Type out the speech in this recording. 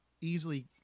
easily